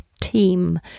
team